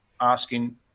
asking